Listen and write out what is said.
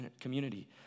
community